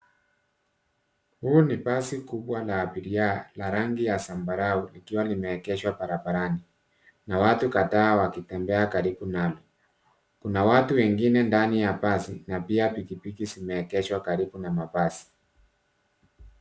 Huu ni basi kubwa la abiria ya rangi ya zambarau likiwa limeegeshwa barabarani na watu kadhaa wakitembea karibu nalo. Kuna watu wengine ndani ya basi na pia pikipiki zimeegeshwa karibu na mabasi.